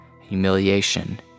humiliation